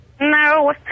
No